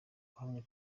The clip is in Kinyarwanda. uhamye